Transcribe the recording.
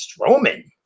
Strowman